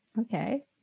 Okay